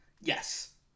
yes